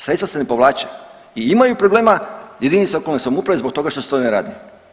Sredstva se ne povlače i imaju problema jedinice lokalne samouprave zbog toga što se to ne radi.